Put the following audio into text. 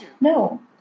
No